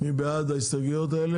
מי בעדן?